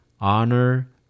honor